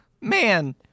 Man